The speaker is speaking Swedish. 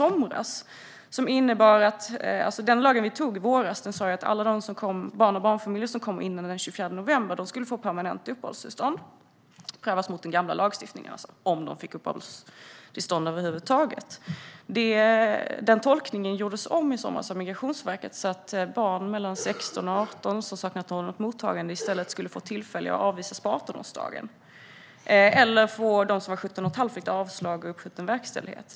Den lag vi tog i våras sa att alla barn och barnfamiljer som kom före den 24 november skulle få permanent uppehållstillstånd och prövas mot den gamla lagstiftningen, det vill säga om de över huvud taget fick uppehållstillstånd. Den tolkningen gjordes om i somras av Migrationsverket, så att barn mellan 16 och 18 som saknade ordnat mottagande i stället skulle få tillfälliga uppehållstillstånd och avvisas på 18-årsdagen. De som var 17 1⁄2 och fick avslag skulle få uppskjuten verkställighet.